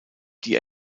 die